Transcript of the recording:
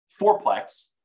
fourplex